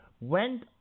went